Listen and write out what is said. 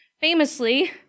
famously